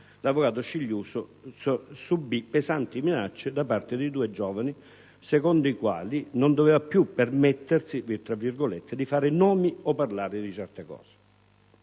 l'avvocato Scigliuzzo subì pesanti minacce da parte di due giovani secondo i quali non doveva più permettersi di «fare i nomi o di parlare di certe cose».